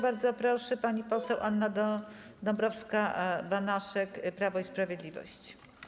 Bardzo proszę, pani poseł Anna Dąbrowska-Banaszek, Prawo i Sprawiedliwość.